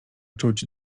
czuć